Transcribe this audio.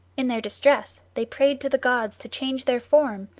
in their distress they prayed to the gods to change their form,